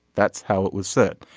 that's how it was set.